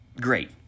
Great